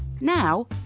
Now